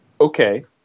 okay